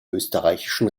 österreichischen